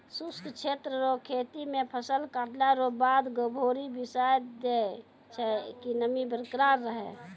शुष्क क्षेत्र रो खेती मे फसल काटला रो बाद गभोरी बिसाय दैय छै कि नमी बरकरार रहै